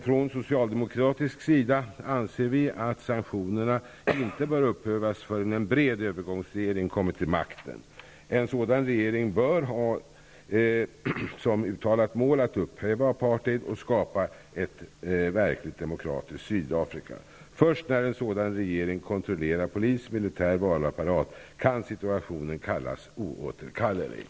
Från socialdemokratisk sida anser vi att sanktionerna inte bör upphävas förrän en bred övergångsregering kommit till makten. En sådan regering bör ha som uttalat mål att upphäva apartheid och skapa ett verkligt demokratiskt Sydafrika. Först när en sådan regering kontrollerar polis, militär och valapparat kan situationen kallas oåterkallelig.